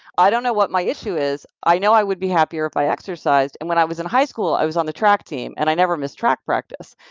i don't know what my issue is. i know i would be happier if i exercised, and when i was in high school, i was on the track team, and i never missed track practice,